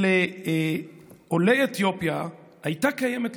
שלעולי אתיופיה הייתה קיימת,